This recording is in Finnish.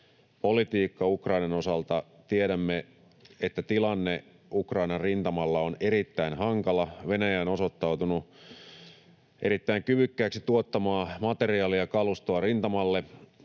politiikka Ukrainan osalta. Tiedämme, että tilanne Ukrainan rintamalla on erittäin hankala. Venäjä on osoittautunut erittäin kyvykkääksi tuottamaan materiaalia ja kalustoa rintamalle,